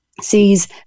sees